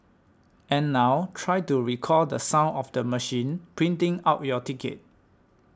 and now try to recall the sound of the machine printing out your ticket